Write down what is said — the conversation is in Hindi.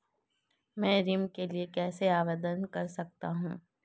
मैं ऋण के लिए कैसे आवेदन कर सकता हूं?